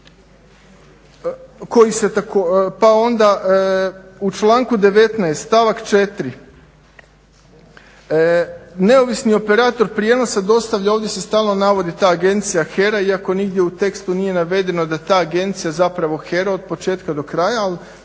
pa onda u članku 19. stavak 4. neovisni operator prijenosa dostavlja ovdje se stalno navodi ta Agencija HERA iako nigdje u tekstu nije navedeno da ta agencija zapravo HERA od početka do kraja, ali